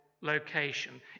location